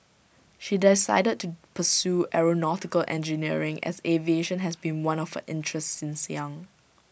she decided to pursue aeronautical engineering as aviation has been one of interests since young